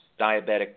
diabetic